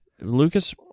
Lucas